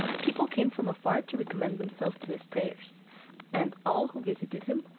people came from afar to recommend themselves to his prayers and all who visited him,